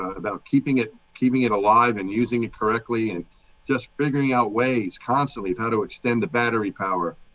about keeping it, keeping it alive and using it correctly, and just figuring out ways constantly how to extend the battery power,